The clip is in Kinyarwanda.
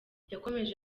yakomeje